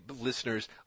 listeners